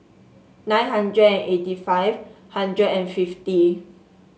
nine hundred and eighty five hundred and fifty